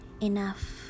enough